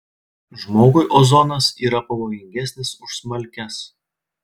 žmogui ozonas yra pavojingesnis už smalkes